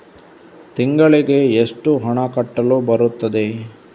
ತಿಂಗಳಿಗೆ ಎಷ್ಟು ಹಣ ಕಟ್ಟಲು ಬರುತ್ತದೆ?